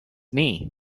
knee